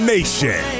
Nation